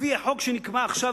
לפי החוק שנקבע עכשיו,